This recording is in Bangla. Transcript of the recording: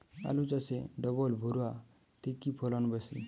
আলু চাষে ডবল ভুরা তে কি ফলন বেশি?